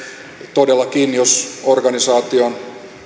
todellakin jos organisaation